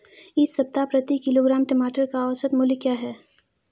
इस सप्ताह प्रति किलोग्राम टमाटर का औसत मूल्य क्या है?